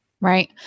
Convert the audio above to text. Right